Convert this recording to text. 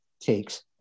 takes